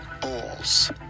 balls